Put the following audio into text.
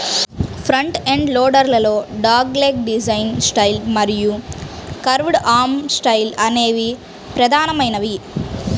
front end loader లలో dogleg design style మరియు curved arm style అనేవి ప్రధానమైనవి